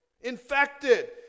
Infected